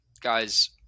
guys